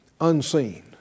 unseen